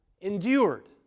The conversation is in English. endured